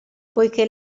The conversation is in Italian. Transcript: poiché